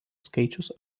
skaičius